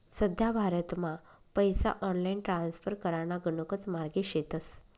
सध्या भारतमा पैसा ऑनलाईन ट्रान्स्फर कराना गणकच मार्गे शेतस